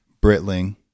Britling